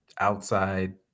outside